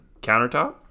countertop